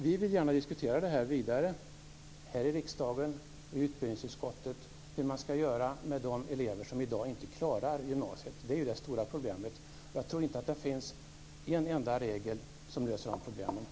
Vi vill gärna diskutera det här vidare, här i riksdagen och i utbildningsutskottet, hur man skall göra med de elever som i dag inte klarar gymnasiet. Det är det som är det stora problemet. Jag tror inte att det finns en enda regel som löser de problemen.